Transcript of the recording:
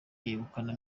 yegukana